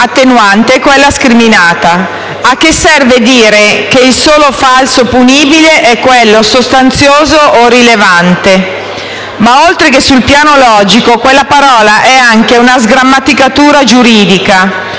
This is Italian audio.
attenuanti e quella scriminante. A che serve dire che il solo falso punibile è quello sostanzioso o rilevante? Oltre che sul piano logico, quella parola è anche una sgrammaticatura giuridica.